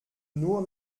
nur